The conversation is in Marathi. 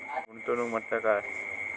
गुंतवणूक म्हटल्या काय?